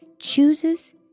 chooses